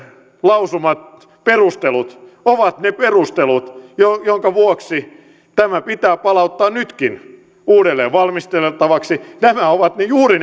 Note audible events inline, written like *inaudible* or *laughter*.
lausumat perustelut ovat ne perustelut minkä vuoksi tämä pitää palauttaa nytkin uudelleen valmisteltavaksi nämä ovat juuri *unintelligible*